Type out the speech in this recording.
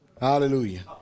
Hallelujah